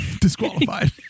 Disqualified